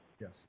Yes